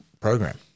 program